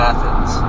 Athens